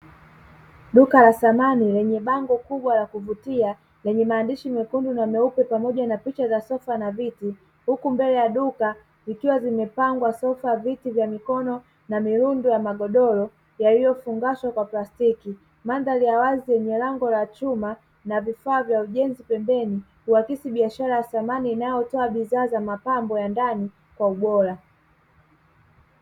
Duka la samani lenye bango kubwa la kuvutia lenye maandishi mekundu na meupe pamoja na picha za sofa na viti huku mbele ya duka zikiwa zimepangwa sofa, viti vya mikono na mirundo ya magodoro yaliyofungashwa kwa plastiki. Mandhari ya wazi yenye lango la chuma na vifaa vya ujenzi pembeni huakisi biashara ya samani inayotoa bidhaa za mapambo ya ndani kwa ubora.